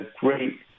great